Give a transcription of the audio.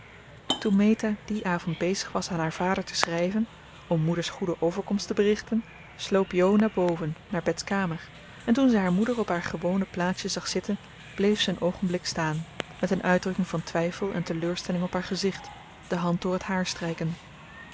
toen meta dien avond bezig was aan haar vader te schrijven om moeders goede overkomst te berichten sloop jo naar boven naar bets kamer en toen zij haar moeder op haar gewone plaatsje zag zitten bleef ze een oogenblik staan met een uitdrukking van twijfel en teleurstelling op haar gezicht de hand door het haar